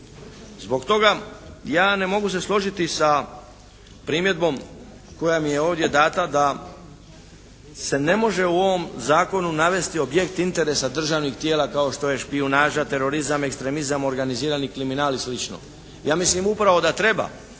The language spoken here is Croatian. Zbog toga ja ne mogu se složiti sa primjedbom koja mi je ovdje dana da se ne može u ovom zakonu navesti objekti interesa državnih tijela kao što je špijunaža, terorizam, ekstremizam, organizirani kriminal i slično. Ja mislim upravo da treba.